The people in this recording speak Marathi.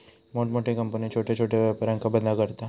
मोठमोठे कंपन्यो छोट्या छोट्या व्यापारांका बंद करता